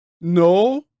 No